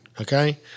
Okay